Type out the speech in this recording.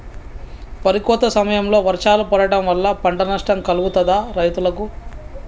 వరి కోత సమయంలో వర్షాలు పడటం వల్ల పంట నష్టం కలుగుతదా రైతులకు?